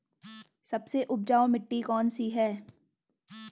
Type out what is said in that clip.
सबसे उपजाऊ मिट्टी कौन सी है?